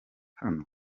hano